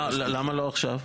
למה לא עכשיו?